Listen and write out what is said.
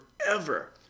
forever